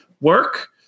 work